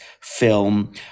film